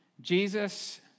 Jesus